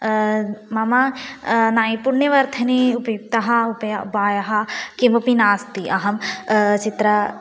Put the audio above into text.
मम नैपुण्यवर्धने उपयुक्तः उपायः उपायः किमपि नास्ति अहं चित्रं